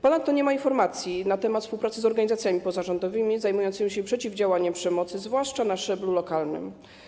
Ponadto nie ma informacji na temat współpracy z organizacjami pozarządowymi zajmującymi się przeciwdziałaniem przemocy, zwłaszcza na szczeblu lokalnym.